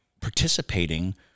participating